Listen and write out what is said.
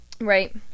right